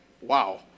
wow